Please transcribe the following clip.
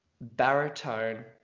baritone